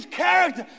character